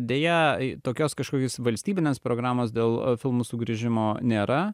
deja tokios kažkokios valstybinės programos dėl filmų sugrįžimo nėra